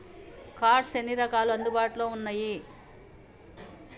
Cards ఎన్ని రకాలు అందుబాటులో ఉన్నయి?